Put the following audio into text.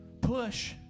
push